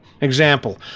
Example